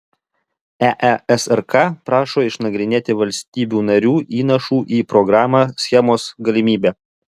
eesrk prašo išnagrinėti valstybių narių įnašų į programą schemos galimybę